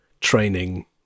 training